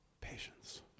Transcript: Patience